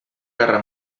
guerra